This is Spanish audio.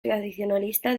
tradicionalista